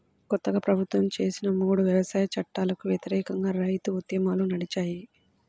కొత్తగా ప్రభుత్వం చేసిన మూడు వ్యవసాయ చట్టాలకు వ్యతిరేకంగా రైతు ఉద్యమాలు నడిచాయి